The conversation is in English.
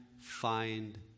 find